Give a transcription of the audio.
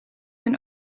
een